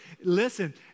listen